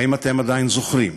האם אתם עדיין זוכרים?